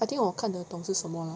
I think 我看得懂是什么 lah